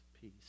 peace